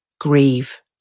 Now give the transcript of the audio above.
grieve